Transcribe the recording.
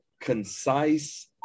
concise